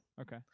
Okay